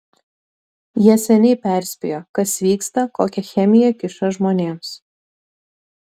jie seniai perspėjo kas vyksta kokią chemiją kiša žmonėms